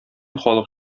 халык